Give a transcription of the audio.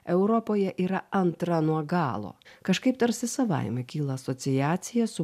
europoje yra antra nuo galo kažkaip tarsi savaime kyla asociacija su